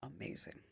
Amazing